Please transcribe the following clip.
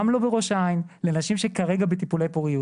גם לא בראש העין לנשים שכרגע בטיפולי פוריות.